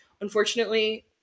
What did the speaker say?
Unfortunately